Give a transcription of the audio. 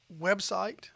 website